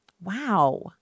Wow